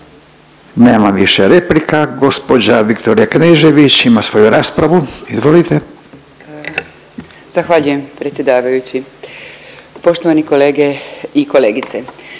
Nema više replika. Gospođa Viktorija Knežević ima svoju raspravu. Izvolite. **Knežević, Viktorija (Centar)** Zahvaljujem predsjedavajući. Poštovani kolege i kolegice,